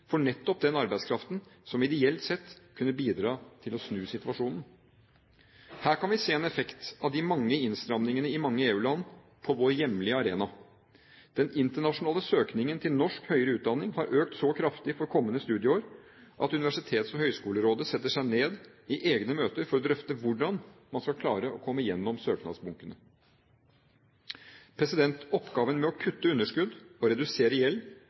for nettopp den arbeidskraften som ideelt sett kunne bidratt til å snu situasjonen. Her kan vi se en effekt av de mange innstrammingene i mange EU-land på vår hjemlige arena: Den internasjonale søkningen til norsk høyere utdanning har økt så kraftig for kommende studieår at Universitets- og høgskolerådet setter seg ned i egne møter for å drøfte hvordan man skal klare å komme gjennom søknadsbunkene. Oppgaven med å kutte underskudd og redusere gjeld